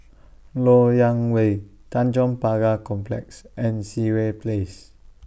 Lok Yang Way Tanjong Pagar Complex and Sireh Place